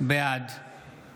בעד